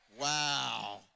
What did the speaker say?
Wow